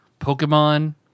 Pokemon